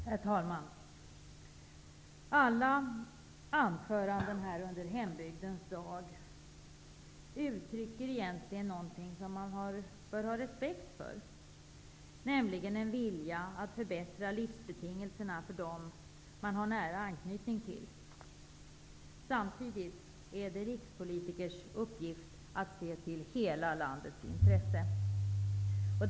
Herr talman! Alla anföranden som här har hållits under hembygdens dag uttrycker egentligen något som man bör ha respekt för, nämligen en vilja att förbättra livsbetingelserna för dem som man har nära anknytning till. Samtidigt är det rikspolitikers uppgift att se till hela landets intresse.